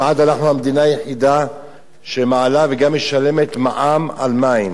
אנחנו כמעט המדינה היחידה שמעלה וגם משלמת מע"מ על מים.